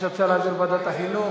יש הצעה להעביר לוועדת החינוך.